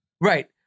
Right